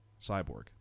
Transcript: Cyborg